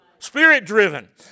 Spirit-driven